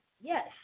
yes